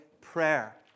prayer